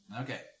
Okay